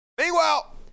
Meanwhile